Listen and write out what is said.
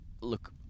look